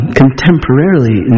contemporarily